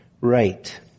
right